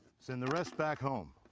send the rest back home.